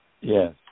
Yes